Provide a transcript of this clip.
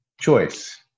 choice